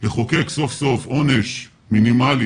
ולחוקק עונש מינימלי.